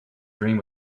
dream